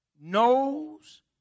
knows